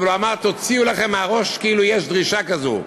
אבל הוא אמר: תוציאו לכם מהראש כאילו יש דרישה כזאת.